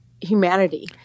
humanity